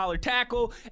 tackle